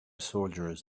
soldiers